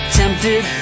tempted